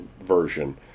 version